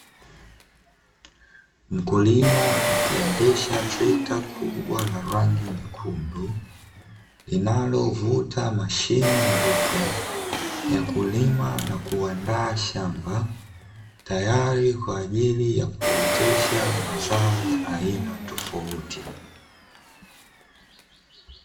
Mkulima akiendesha trekta kubwa la rangi nyekundu linalovuta mashine ndogo ya kulima na kuandaa shamba, tayari kwa ajili ya kuotesha mazao ya aina tofauti.